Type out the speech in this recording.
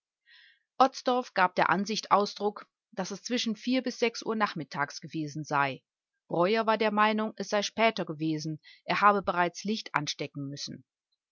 otzdorf gab der ansicht ausdruck daß es zwischen vier bis sechs uhr nachmittags gewesen sei breuer war der meinung es sei später gewesen er habe bereits licht anstecken müssen